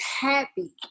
happy